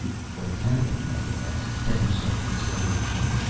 what has happened, mikah asked. have you started this revolution?